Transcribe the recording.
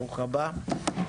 ברוך הבא.